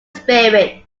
spirit